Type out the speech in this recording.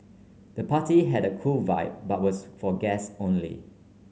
the party had a cool vibe but was for guests only